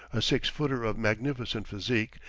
a six-footer of magnificent physique,